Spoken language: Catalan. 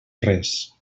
res